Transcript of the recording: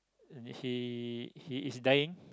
he he is dying